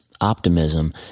Optimism